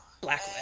Black